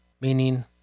meaning